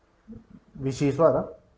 which is what ah